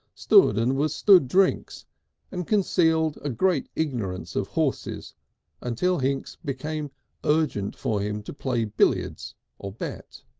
stood and was stood drinks and concealed a great ignorance of horses until hinks became urgent for him to play billiards or bet.